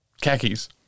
khakis